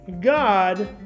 God